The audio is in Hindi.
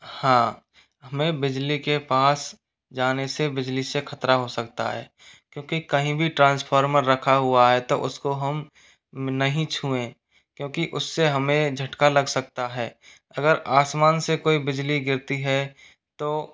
हाँ हमें बिजली के पास जाने से बिजली से खतरा हो सकता है क्योंकि कहीं भी ट्रांसफार्मर रखा हुआ है तो उसको हम नहीं छुएं क्योंकि उसे हमें झटका लग सकता है अगर आसमान से कोई बिजली गिरती है तो